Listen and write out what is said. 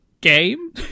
game